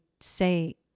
say